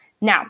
Now